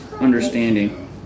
understanding